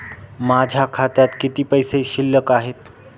माझ्या खात्यात किती पैसे शिल्लक आहेत?